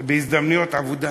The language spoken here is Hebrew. שוויון ההזדמנויות בעבודה,